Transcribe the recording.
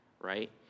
Right